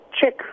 check